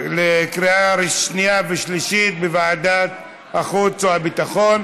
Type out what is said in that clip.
לקריאה שנייה ושלישית בוועדת החוץ והביטחון.